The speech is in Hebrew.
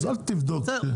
אל תבדוק כל אחד.